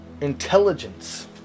Intelligence